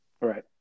Right